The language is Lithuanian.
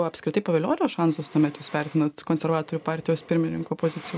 apskritai pavilionio šansus tuomet jūs vertinat konservatorių partijos pirmininko poziciją